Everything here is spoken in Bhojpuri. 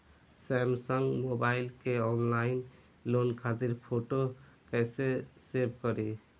सैमसंग मोबाइल में ऑनलाइन लोन खातिर फोटो कैसे सेभ करीं?